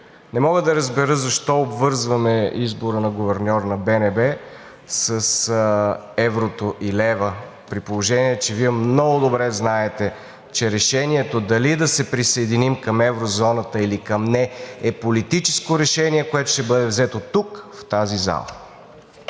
Не мога да разбера защо обвързваме избора на гуверньор на БНБ с еврото и лева, при положение че Вие много добре знаете, че решението дали да се присъединим към еврозоната или не е политическо решение, което ще бъде взето тук в тази зала.